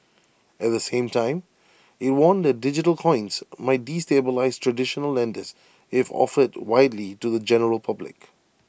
at the same time IT warned that digital coins might destabilise traditional lenders if offered widely to the general public